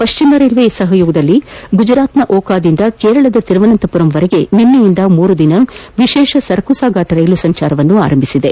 ಪಕ್ಷಿಮ railway ಸಪಯೋಗದಲ್ಲಿ ಗುಜರಾತ್ನ ಓಕಾದಿಂದ ಕೇರಳದ ತಿರುವನಂತಪುರಂವರೆಗೆ ನಿನೈಯಿಂದ ಮೂರು ದಿನ ವಿಶೇಷ ಸರಕು ಸಾಗಾಣೆ ರೈಲು ಸಂಚಾರ ಆರಂಭವಾಗಿದೆ